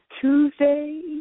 Tuesday